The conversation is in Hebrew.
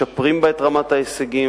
משפרים בה את רמת ההישגים,